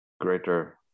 greater